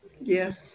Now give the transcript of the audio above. yes